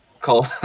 Call